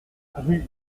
rue